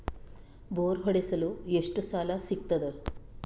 Bore ಹೊಡೆಸಲು ಎಷ್ಟು ಸಾಲ ಸಿಗತದ?